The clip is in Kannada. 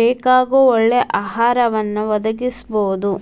ಬೇಕಾಗೋ ಒಳ್ಳೆ ಆಹಾರವನ್ನ ಒದಗಸಬೋದು